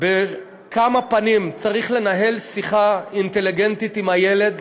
בכמה פנים: צריך לנהל שיחה אינטליגנטית עם הילד,